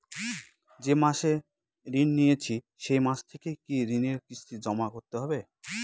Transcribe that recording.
যে মাসে ঋণ নিয়েছি সেই মাস থেকেই কি ঋণের কিস্তি জমা করতে হবে?